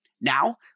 now